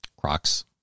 Crocs